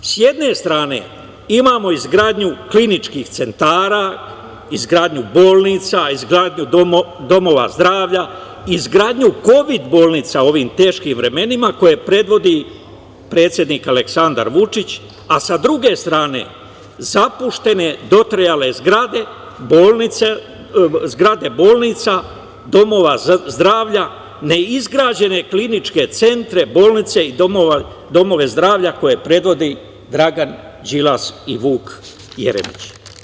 S jedne strane imamo izgradnju kliničkih centara, izgradnju bolnica, izgradnju domova zdravlja, izgradnju kovid bolnica u ovim teškim vremenima koje predvodi predsednik Aleksandar Vučić, a sa druge strane zapuštene, dotrajale zgrade, zgrade bolnica, domova zdravlja, neizgrađene kliničke centre, bolnice i domove zdravlja koje predvodi Dragan Đilas i Vuk Jeremić.